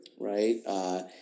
right